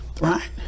Right